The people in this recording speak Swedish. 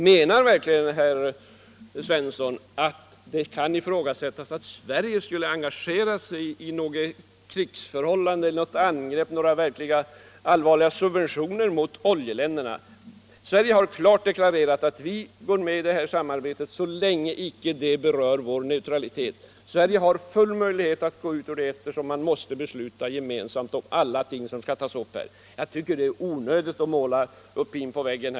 Menar verkligen herr Svensson att det kan ifrågasättas att Sverige skulle engagera sig i något krigsförhållande, något angrepp, några verkligt allvarliga sanktioner mot oljeländerna? Sverige har klart deklarerat att vi går med i det här samarbetet så länge det inte berör vår neutralitet. Sverige har full möjlighet att gå ut ur samarbetet, eftersom man måste besluta gemensamt om allting. Det är onödigt att måla hin på väggen.